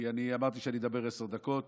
כי אני אמרתי שאני אדבר עשר דקות